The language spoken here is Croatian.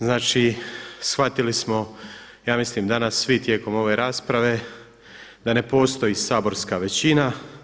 Znači, shvatili smo ja mislim danas svi tijekom ove rasprave da ne postoji saborska većina.